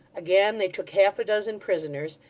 again they took half-a-dozen prisoners,